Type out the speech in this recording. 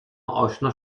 اشنا